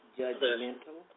judgmental